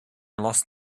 lost